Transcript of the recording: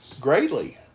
greatly